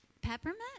Peppermint